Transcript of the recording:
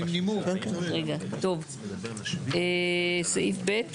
סעיף (ב)